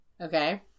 Okay